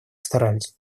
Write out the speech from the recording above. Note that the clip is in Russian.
старались